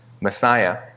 Messiah